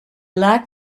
lack